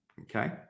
Okay